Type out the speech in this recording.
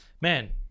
Man